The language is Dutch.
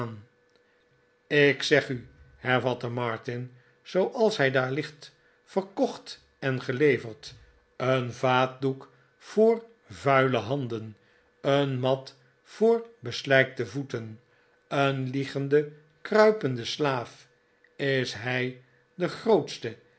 ik zeg u hervatte martin zooals hij daar ligt verkocht en geleverd een vaatdoek voor vuile handen een mat voor beslijkte voeten een liegende kruipende slaaf is hij de grootste